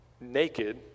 naked